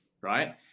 right